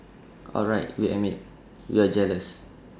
all right we admit we're just jealous